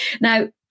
Now